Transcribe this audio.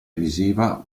visiva